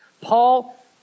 Paul